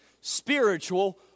spiritual